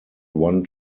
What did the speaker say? one